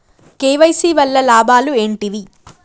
KYC వల్ల లాభాలు ఏంటివి?